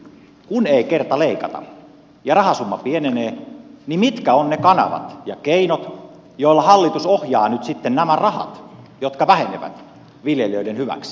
kun ei kerta leikata ja rahasumma pienenee niin mitkä ovat ne kanavat ja keinot joilla hallitus ohjaa nyt nämä rahat jotka vähenevät viljelijöiden hyväksi